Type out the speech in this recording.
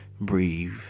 breathe